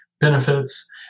benefits